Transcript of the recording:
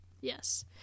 yes